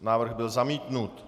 Návrh byl zamítnut.